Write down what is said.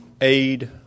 aid